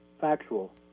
factual